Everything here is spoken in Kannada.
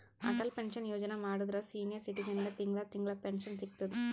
ಅಟಲ್ ಪೆನ್ಶನ್ ಯೋಜನಾ ಮಾಡುದ್ರ ಸೀನಿಯರ್ ಸಿಟಿಜನ್ಗ ತಿಂಗಳಾ ತಿಂಗಳಾ ಪೆನ್ಶನ್ ಸಿಗ್ತುದ್